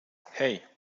hey